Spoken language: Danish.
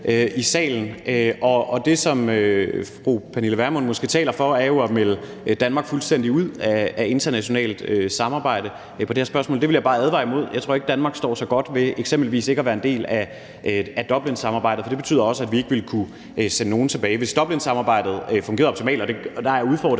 Og det, som fru Pernille Vermund måske taler for, er jo at melde Danmark fuldstændig ud af internationalt samarbejde på det her spørgsmål. Det vil jeg bare advare imod. Jeg tror ikke, Danmark står sig godt ved eksempelvis ikke at være en del af Dublinsamarbejdet. For det betyder også, at vi ikke vil kunne sende nogen tilbage. Hvis Dublinsamarbejdet fungerede optimalt – der er udfordringer